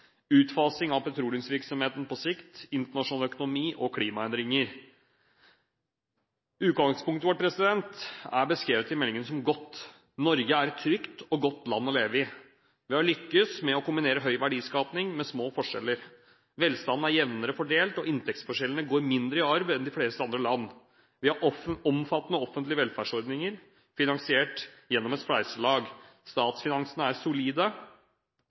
utfasing av petroleumsvirksomheten på sikt internasjonal økonomi klimaendringer Utgangspunktet vårt er i meldingen beskrevet som godt. Norge er et trygt og godt land å leve i. Vi har lyktes med å kombinere høy verdiskaping med små forskjeller. Velstanden er jevnere fordelt og inntektsforskjeller går mindre i arv enn i de fleste andre land. Vi har omfattende offentlige velferdsordninger finansiert gjennom et spleiselag. Statsfinansene er solide.